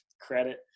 credit